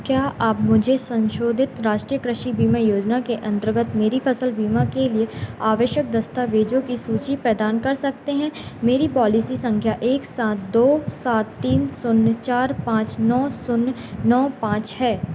क्या आप मुझे सन्शोधित राष्ट्रीय कृषि बीमा योजना के अन्तर्गत मेरी फ़सल बीमा के लिए आवश्यक दस्तावेज़ों की सूची प्रदान कर सकते हैं मेरी पॉलिसी सँख्या एक सात दो सात तीन शून्य चार पाँच नौ शून्य नौ पाँच है